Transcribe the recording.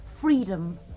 freedom